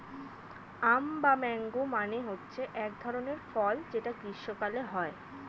আম বা ম্যাংগো মানে হচ্ছে এক ধরনের ফল যেটা গ্রীস্মকালে হয়